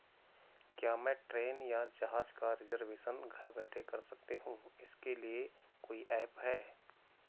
क्या मैं ट्रेन या जहाज़ का रिजर्वेशन घर बैठे कर सकती हूँ इसके लिए कोई ऐप है?